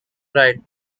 right